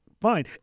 Fine